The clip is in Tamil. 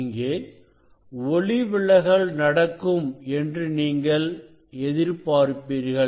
இங்கே ஒளிவிலகல் நடக்கும் என்று நீங்கள் எதிர்பார்ப்பீர்கள்